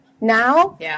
Now